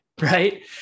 right